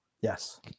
Yes